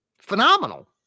phenomenal